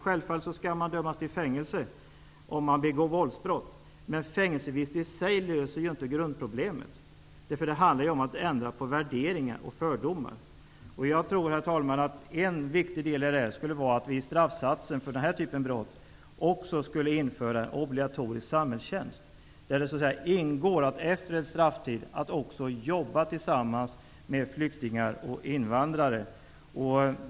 Självfallet skall man dömas till fängelse om man begår våldsbrott, men fängelsevistelse i sig löser inte grundproblemet. Det handlar ju om att ändra på värderingar och fördomar. Jag tror, herr talman, att en viktig del i det här skulle vara att vi i straffsatsen för den här typen av brott skulle införa obligatorisk samhällstjänst; det skulle så att säga ingå att efter strafftiden jobba tillsammans med flyktingar och invandrare.